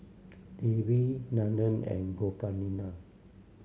Devi Nandan and Gopinath